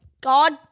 God